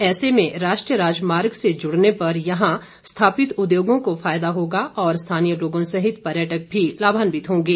ऐसे में राष्ट्रीय राज मार्ग से जुड़ने पर यहां स्थापित उद्योगों को फायदा होगा और स्थानीय लोगों सहित पर्यटक भी लाभान्वित होंगे